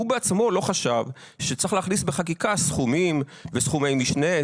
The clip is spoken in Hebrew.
הוא בעצמו לא חשב שצריך להכניס בחקיקה סכומים וסכומי משנה.